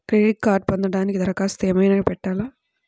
Credit కార్డ్ను పొందటానికి దరఖాస్తు ఏమయినా పెట్టాలా?